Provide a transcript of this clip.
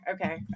Okay